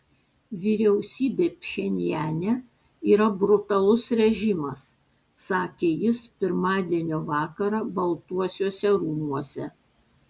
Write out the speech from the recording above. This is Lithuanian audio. vyriausybė pchenjane yra brutalus režimas sakė jis pirmadienio vakarą baltuosiuose rūmuose